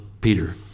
Peter